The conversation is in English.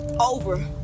over